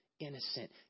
innocent